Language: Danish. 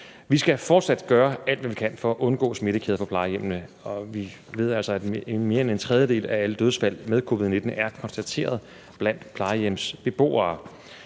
Vi skal fortsat gøre alt, hvad vi kan, for at undgå smittekæder på plejehjemmene, og vi ved altså, at mere end en tredjedel af alle dødsfald med covid-19 er konstateret blandt plejehjemsbeboere.